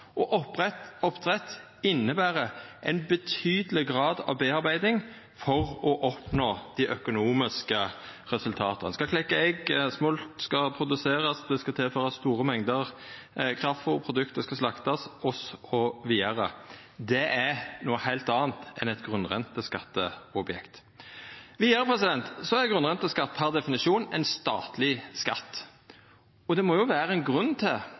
Oppdrett inneber ein betydeleg grad av bearbeiding for å oppnå dei økonomiske resultata. Ein skal klekkja egg, smolt skal produserast. Det skal tilførast store mengder kraftfôr. Produktet skal slaktast osv. Det er noko heilt anna enn eit grunnrenteskatteobjekt. Vidare er grunnrenteskatt per definisjon ein statleg skatt. Det må jo vera ein grunn til